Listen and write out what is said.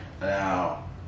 Now